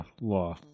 Law